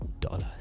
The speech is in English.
Dollars